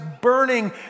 burning